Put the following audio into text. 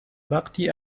وقتی